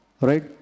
Right